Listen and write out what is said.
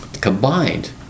combined